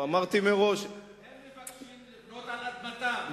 הם מבקשים לבנות על אדמתם.